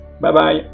Bye-bye